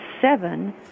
seven